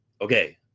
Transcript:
Okay